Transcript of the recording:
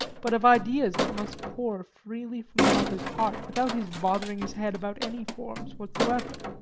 but of ideas that must pour freely from the author's heart, without his bothering his head about any forms whatsoever.